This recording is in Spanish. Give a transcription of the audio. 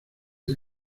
del